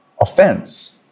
offense